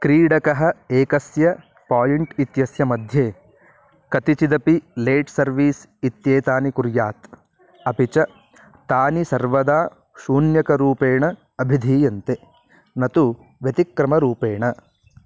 क्रीडकः एकस्य पायिण्ट् इत्यस्य मध्ये कतिचिदपि लेट् सर्विस् इत्येतानि कुर्यात् अपि च तानि सर्वदा शून्यकरूपेण अभिधीयन्ते न तु व्यतिक्रमरूपेण